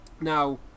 Now